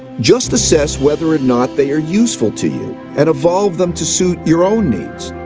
just assess whether or not they are useful to you, and evolve them to suit your own needs.